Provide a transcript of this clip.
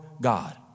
God